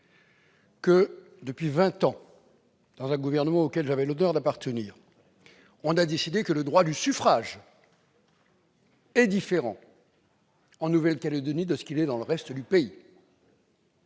que, depuis vingt ans, sous un gouvernement auquel j'avais l'honneur d'appartenir, il a été décidé que le droit du suffrage serait différent en Nouvelle-Calédonie de ce qu'il est dans le reste du pays